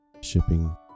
shipping